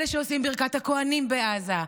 אלה שעושים ברכת הכוהנים בעזה,